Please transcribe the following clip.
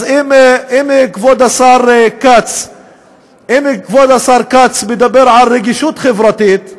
אז אם כבוד השר כץ מדבר על רגישות חברתית,